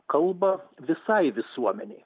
kalba visai visuomenei